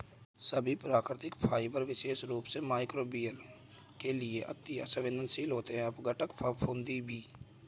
सभी प्राकृतिक फाइबर विशेष रूप से मइक्रोबियल के लिए अति सवेंदनशील होते हैं अपघटन, फफूंदी भी